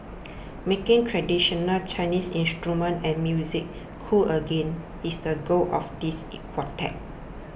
making traditional Chinese instruments and music cool again is the goal of this quartet